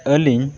ᱟᱹᱞᱤᱧ